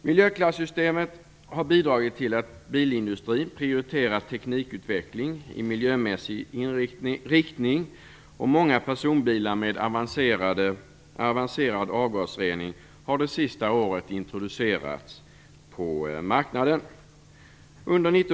Miljöklassystemet har bidragit till att bilindustrin prioriterat teknikutveckling i miljömässig riktning, och många personbilar med avancerad avgasrening har det sista året introducerats på marknaden.